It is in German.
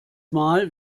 mal